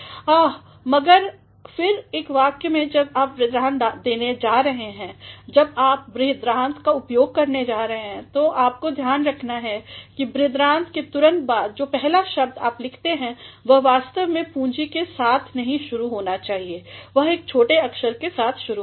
आह मगर फिर एक वाक्य में जब आप बृहदान्त्र देने जा रहे हैं जब आप बृहदान्त्र का उपयोग करने जा रहे हैं तो आपको ध्यान रखना है कि बृहदान्त्र के तुरंत बाद जो पहला शब्द आप लिखते हैं वह वास्तव में पूँजी के साथ नही शुरू होना चाहिए वह एक छोटे अक्षर के साथ शुरू होगा